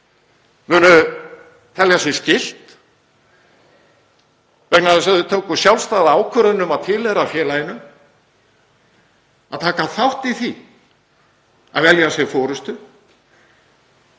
er, mun telja sér skylt, vegna þess að það tók sjálfstæða ákvörðun um að tilheyra félaginu, að taka þátt í því að velja sér forystu.